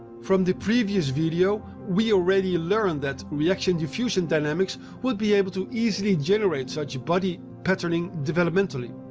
from the previous video, we already learned that reaction-diffusion dynamics would be able to easily generate such body patterning developmentally.